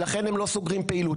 ולכן הם לא סוגרים פעילות,